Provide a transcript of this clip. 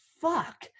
fuck